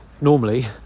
Normally